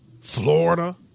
Florida